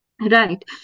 Right